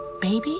Baby